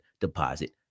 deposit